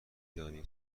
دانی